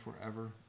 forever